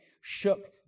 shook